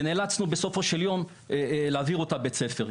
ונאלצנו בסופו של יום להעביר אותה בית-ספר.